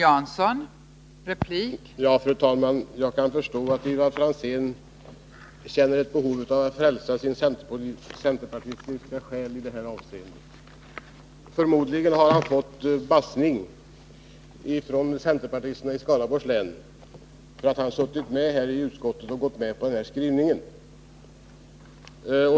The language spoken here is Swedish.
Fru talman! Jag kan förstå att Ivar Franzén känner ett behov av att frälsa sin centerpartistiska själ i detta avseende. Förmodligen har han av centerpartisterna i Skaraborgs län fått ”bassning” för att han suttit med i utskottet och gått med på denna skrivning.